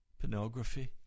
pornography